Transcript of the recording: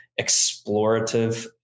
explorative